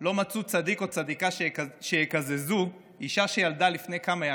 לא מצאו צדיק או צדיקה שיקזזו אישה שילדה לפני כמה ימים,